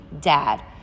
dad